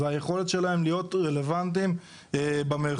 זה היכולת שלהם להיות רלוונטיים במרחב.